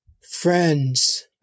friends